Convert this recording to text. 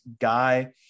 guy